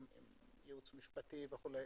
עם ייעוץ משפטי וכו'.